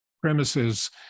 premises